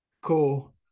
Cool